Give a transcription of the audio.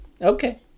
Okay